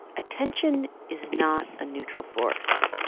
attention is not a neutral force.